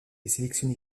sélectionné